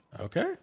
Okay